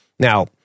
Now